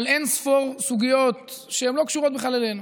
באין-ספור סוגיות שבכלל לא קשורות בכלל אלינו.